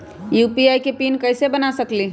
UPI के PIN कैसे बना सकीले?